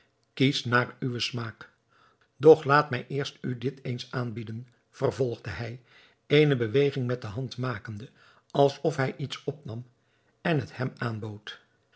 kies naar uwen smaak doch laat mij eerst u dit eens aanbieden vervolgde hij eene beweging met de hand makende alsof hij iets opnam en het hem aanbood